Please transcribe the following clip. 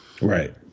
Right